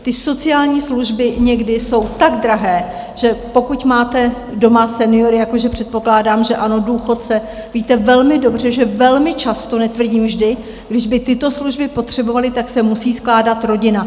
Ty sociální služby někdy jsou tak drahé, že pokud máte doma seniory, jako že předpokládám, že ano, důchodce, víte velmi dobře, že velmi často netvrdím vždy kdyby tyto služby potřebovali, tak se musí skládat rodina.